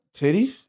Titties